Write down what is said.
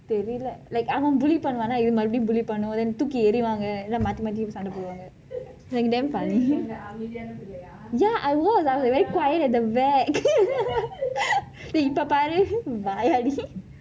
தெரியலை:theriyalai like அவன்:avan bully பன்னுவானா இது மறுபடியும்:pannuvana ithu marupadiyum bully பன்னும் தூக்கி ஏறிவாங்க மாற்றி மாற்றி சண்டை போடுவாங்க:pannum thukki erivanka maatri maatri sandai poduvanka like damn funny ya I was I was crying at the back இப்பே பாரு வாயாடி:ippei paaru vayaadi